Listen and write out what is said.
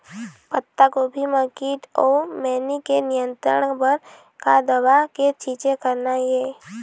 पत्तागोभी म कीट अऊ मैनी के नियंत्रण बर का दवा के छींचे करना ये?